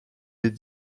les